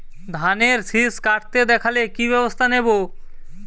ধানের শিষ কাটতে দেখালে কি ব্যবস্থা নেব?